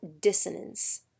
dissonance